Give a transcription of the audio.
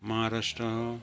Maharashtra